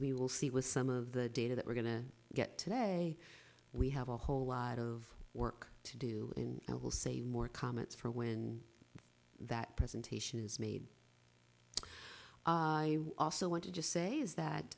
we will see with some of the data that we're going to get today we have a whole lot of work to do in i will say more comments from when that presentation is made i also want to just say is that